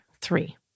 three